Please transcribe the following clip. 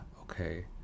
Okay